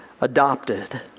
adopted